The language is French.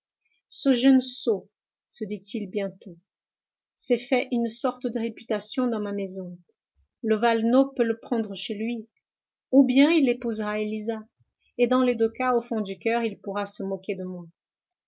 se dit-il bientôt s'est fait une sorte de réputation dans ma maison le valenod peut le prendre chez lui ou bien il épousera élisa et dans les deux cas au fond du coeur il pourra se moquer de moi